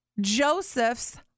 Joseph's